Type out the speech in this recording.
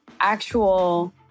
actual